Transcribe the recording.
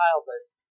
childless